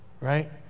right